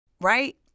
Right